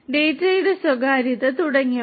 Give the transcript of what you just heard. data ഡാറ്റയുടെ സ്വകാര്യത തുടങ്ങിയവ